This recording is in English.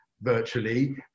virtually